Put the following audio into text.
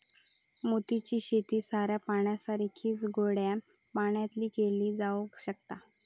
मोती ची शेती खाऱ्या पाण्यासारखीच गोड्या पाण्यातय केली जावक शकता